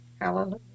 Hallelujah